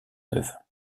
neuve